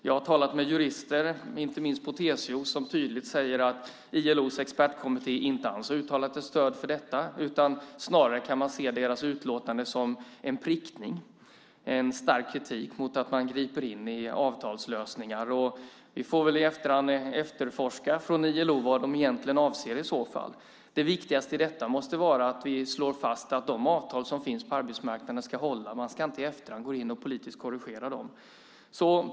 Jag har talat med jurister, inte minst på TCO, som tydligt säger att ILO:s expertkommitté inte alls har uttalat ett stöd för detta, utan snarare kan man se deras utlåtande som en prickning, en stark kritik, mot att man griper in i avtalslösningar. Vi får väl i efterhand efterforska vad ILO egentligen avser i så fall. Det viktigaste i detta måste vara att vi slår fast att de avtal som finns på arbetsmarknaden ska hålla. Man ska inte i efterhand gå in och politiskt korrigera dem.